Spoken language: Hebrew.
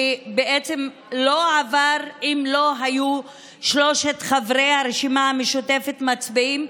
שבעצם לא היה עובר אם לא היו שלושת חברי הרשימה המשותפת מצביעים,